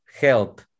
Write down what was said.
help